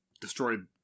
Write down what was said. destroyed